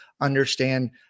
understand